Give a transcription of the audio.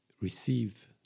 receive